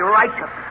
righteous